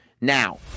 Now